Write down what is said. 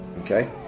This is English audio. Okay